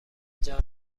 هیجان